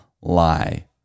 lie